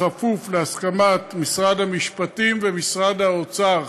בכפוף להסכמת משרד המשפטים ומשרד האוצר.